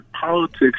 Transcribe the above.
politics